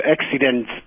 accidents